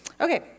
Okay